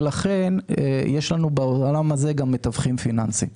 ולכן יש לנו בעולם הזה מתווכים פיננסיים,